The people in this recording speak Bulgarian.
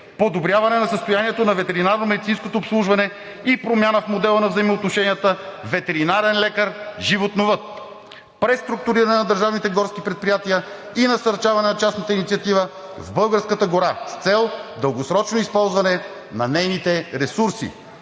подобряване на състоянието на ветеринарно медицинското обслужване и промяна в модела на взаимоотношенията ветеринарен лекар – животновъд; преструктуриране на държавните горски предприятия и насърчаване на частната инициатива в българската гора с цел дългосрочно използване на нейните ресурси;